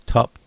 Top